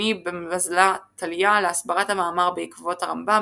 מזוני במזלא תליא, להסברת המאמר בעקבות הרמב"ם,